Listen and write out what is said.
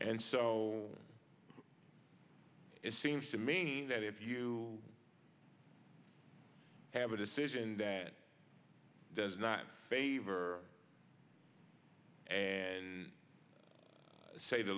and so it seems to me that if you have a decision that does not favor and say the